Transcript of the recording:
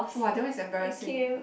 uh that one is embarrassing